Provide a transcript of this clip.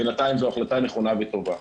בינתיים זו החלטה נכונה וטובה.